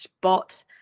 bot